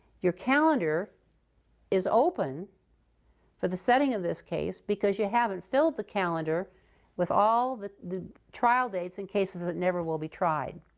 your calendar is open for the setting of this case because you haven't filled the calendar with all the the trial dates and cases that never will be tried.